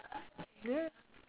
ya